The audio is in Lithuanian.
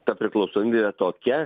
ta priklausomybė tokia